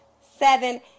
seven